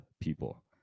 people